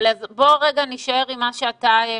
בוא נשאר עם מה שאתה מציג,